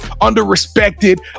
under-respected